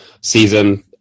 season